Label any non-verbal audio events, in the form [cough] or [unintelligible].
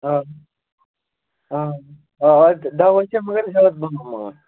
آ آ [unintelligible] دوا چھِ مگر زیادٕ [unintelligible]